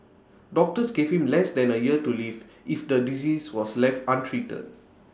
doctors gave him less than A year to live if the disease was left untreated